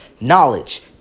knowledge